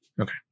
Okay